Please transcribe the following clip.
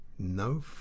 no